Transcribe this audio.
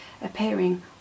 appearing